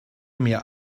mir